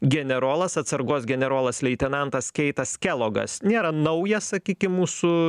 generolas atsargos generolas leitenantas keitas kelogas nėra naujas sakykim mūsų